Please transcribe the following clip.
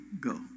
go